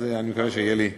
אני מקווה שיהיה לי.